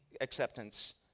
acceptance